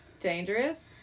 dangerous